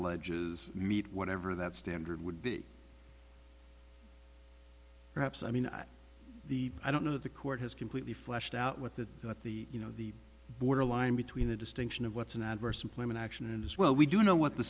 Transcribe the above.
ledges meet whatever that standard would be perhaps i mean the i don't know that the court has completely fleshed out what that the you know the borderline between the distinction of what's an adverse employment action and as well we do know what the